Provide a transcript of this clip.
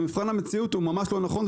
אבל במבחן המציאות הוא ממש לא נכון.